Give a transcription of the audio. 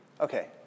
Okay